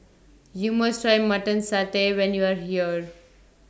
YOU must Try Mutton Satay when YOU Are here